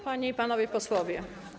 Panie i Panowie Posłowie!